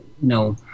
no